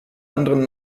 anderen